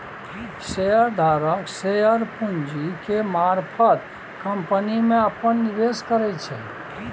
share धारक share पूंजी के मारफत कंपनी में अप्पन निवेश करै छै